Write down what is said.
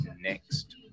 next